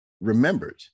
remembered